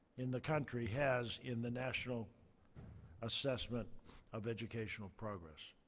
in the country has in the national assessment of educational progress.